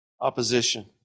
opposition